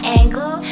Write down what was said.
angle